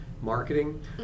marketing